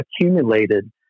accumulated